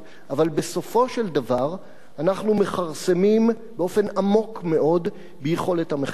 אבל בסופו של דבר אנחנו מכרסמים באופן עמוק מאוד ביכולת המחקר המדעי.